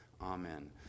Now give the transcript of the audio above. Amen